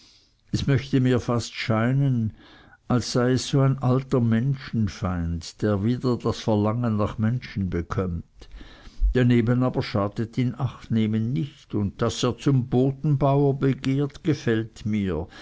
es möchte mir fast scheinen als sei er so ein alter menschenfeind der wieder das verlangen nach menschen bekömmt daneben aber schadet in acht nehmen nicht und daß er zum bodenbauer begehrt gefällt mir